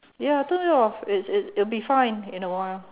ya turn it off it's it's it'll be fine in a while